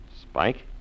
Spike